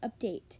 update